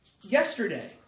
Yesterday